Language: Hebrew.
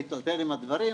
להיטלטל עם הדברים,